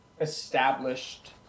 established